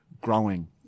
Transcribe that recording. growing